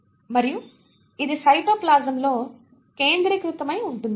మరియు ఇది సైటోప్లాజంలో కేంద్రీకృతమై ఉంటుంది